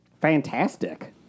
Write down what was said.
fantastic